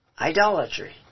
idolatry